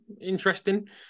interesting